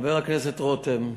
חבר הכנסת רותם,